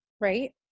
right